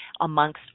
amongst